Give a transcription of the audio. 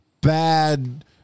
bad